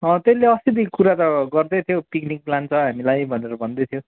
अँ त्यसले अस्तिदेखि कुरा त गर्दै थियो हौ पिकनिक लान्छ हामीलाई भनेर भन्दै थियो